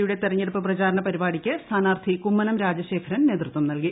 യുടെ തിരഞ്ഞെടുപ്പ് പ്രചാരണ പരിപാടിക്ക് സ്ഥാനാർത്ഥി കുമ്മനം രാജശേഖരൻ നേതൃത്വം നൽകി